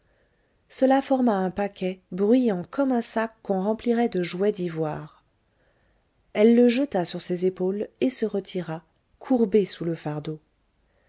cela forma un paquet bruyant comme un sac qu'on remplirait de jouets d'ivoire elle le jeta sur ses épaules et se retira courbée sous le fardeau